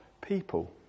people